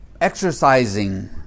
exercising